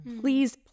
please